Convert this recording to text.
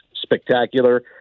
spectacular